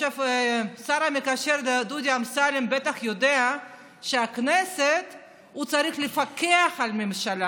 השר המקשר דודי אמסלם בטח יודע שהכנסת צריכה לפקח על הממשלה